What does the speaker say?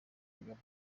kagame